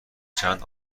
چند